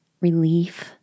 relief